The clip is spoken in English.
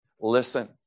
listen